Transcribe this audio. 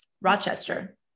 rochester